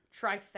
Trifecta